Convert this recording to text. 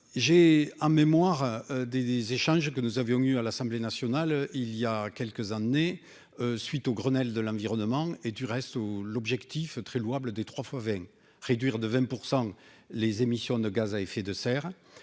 J'ai en mémoire des des échanges que nous avions eu à l'Assemblée nationale, il y a quelques années, suite au Grenelle de l'environnement et du reste, où l'objectif très louable des 3 fois 20 réduire de 20 % les émissions de gaz à effet de serre,